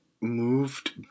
moved